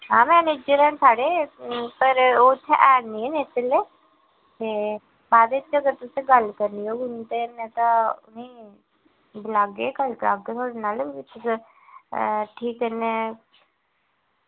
हां गै न साढ़े पर ओह् इत्थें एह् निं हैन इस बेल्लै ते बाद च अगर तुसें गल्ल करनी होग उं'दे कन्नै तां उ'नेंगी बलागे गल्ल करागे थुआढ़े नाल ठीक कन्नै